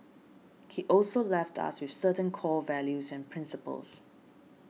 he also left us with certain core values and principles